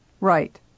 Right